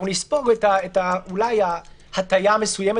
אנחנו נספוג אולי את ההטיה המסוימת